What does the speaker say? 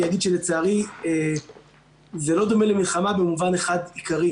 אני אגיד שלצערי זה לא דומה למלחמה במובן אחד עיקרי: